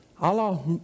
Allah